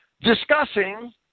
discussing